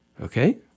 Okay